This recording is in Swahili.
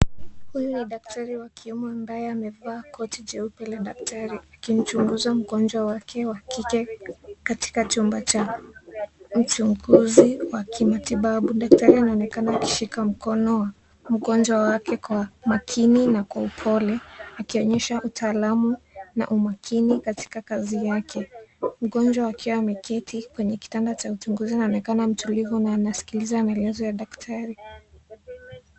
Huyu ni daktari wa kiume ambaye amevaa koti jeupe la daktari. Akimchunguza mgonjwa wake wa kike katika chumba cha uchaguzi wa kimatibabu. Daktari anaonekana akishika mkono wa mgonjwa wake kwa makini na kwa upole. Akionyesha utaalamu na umakini katika kazi yake. Mgonjwa akiwa ameketi kwenye kitanda cha uchunguzi anaonekana mtulivu na anasikiliza maelezo ya daktari.